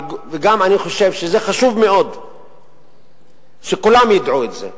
וגם אני חושב שזה חשוב מאוד שכולם ידעו את זה,